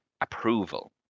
approval